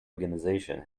organisation